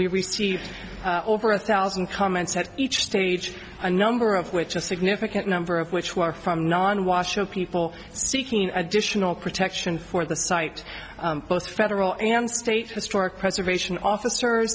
we received over a thousand comments at each stage a number of which a significant number of which were from non washoe people seeking additional protection for the site both federal and state historic preservation officer